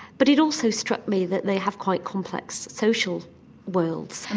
but it also struck me that they have quite complex social worlds.